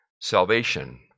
salvation